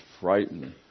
frightened